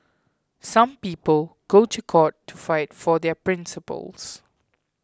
some people go to court to fight for their principles